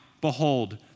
behold